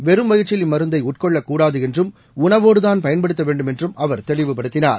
வெறும் வயிற்றில் இம்முருந்தை உட்கொள்ளக்கூடாது என்றும் உணவோடுதான் பயன்படுத்த வேண்டும் என்றும் அவர் தெளிவுபடுத்தினார்